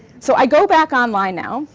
so i go back online now.